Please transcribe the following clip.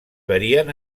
varien